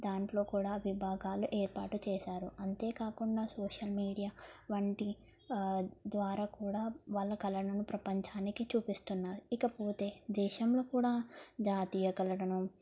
దాంట్లో కూడా విభాగాలు ఏర్పాటు చేశారు అంతేకాకుండా సోషల్ మీడియా వంటి ద్వారా కూడా వాళ్ళ కళలను ప్రపంచానికి చూపిస్తున్నారు ఇకపోతే దేశంలో కూడా జాతీయ కళలకు